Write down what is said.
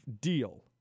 deal